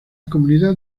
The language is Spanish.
comunidad